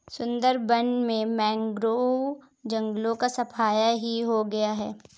सुंदरबन में मैंग्रोव जंगलों का सफाया ही हो गया है